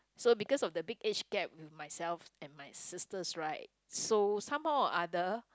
so because of the big age gap with myself and my sisters right so somehow or other